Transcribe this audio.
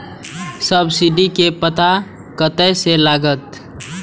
Subsidy के पता कतय से लागत?